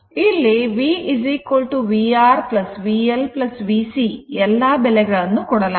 ಇಲ್ಲಿ V vR VL VC ಎಲ್ಲಾ ಬೆಲೆಗಳನ್ನುಕೊಡಲಾಗಿದೆ